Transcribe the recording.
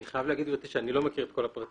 אני חייב להגיד גבירתי שאינני מכיר את כל הפרטים.